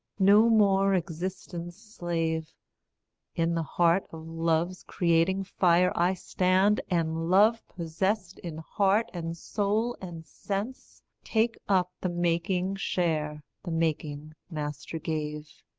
no more existence' slave in the heart of love's creating fire i stand, and, love-possessed in heart and soul and sense, take up the making share the making master gave.